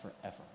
forever